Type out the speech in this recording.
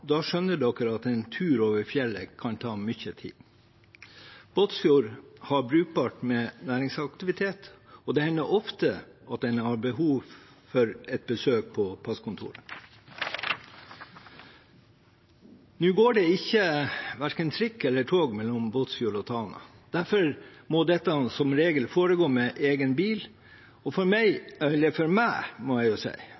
da skjønner man at en tur over fjellet kan ta lang tid. Båtsfjord har brukbart med næringsaktivitet, og det hender ofte at man har behov for et besøk på passkontoret. Nå går det verken trikk eller tog mellom Båtsfjord og Tana, derfor må dette som regel foregå med egen bil. For meg, må jeg si,